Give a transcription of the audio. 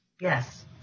Yes